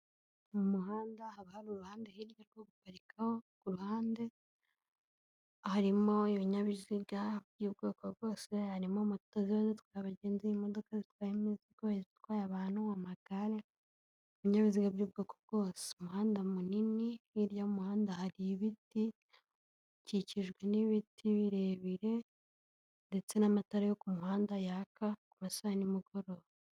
Mu muhanda haba hari uruhande hirya rwo guhaparikaho, ku ruhande harimo ibinyabiziga by'ubwoko bwose, harimo moto ziba zitwaye abagenzi, imodoka zitwaye imizigo, izitwaye abantu, amagare, ibinyabiziga by'ubwoko bwose, umuhanda munini hirya y'umuhanda hari ibiti, ukikijwe n'ibiti birebire ndetse n'amatara yo ku muhanda yaka mu masaha ya nimugoroba.